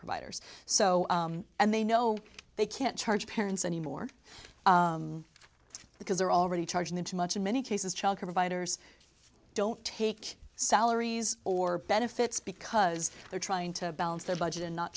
providers so and they know they can't charge parents anymore because they're already charging them too much in many cases child providers don't take salaries or benefits because they're trying to balance their budget and not